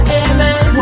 amen